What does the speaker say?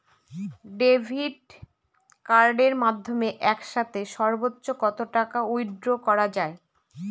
Debit কার্ডের মাধ্যমে একসাথে সর্ব্বোচ্চ কত টাকা উইথড্র করা য়ায়?